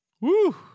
Woo